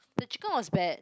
the chicken was bad